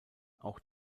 auch